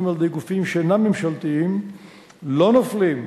על-ידי גופים שאינם ממשלתיים לא נופלים,